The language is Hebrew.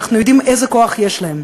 אנחנו יודעים איזה כוח יש להן.